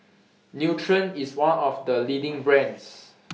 Nutren IS one of The leading brands